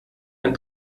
ein